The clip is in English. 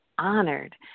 honored